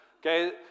Okay